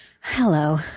Hello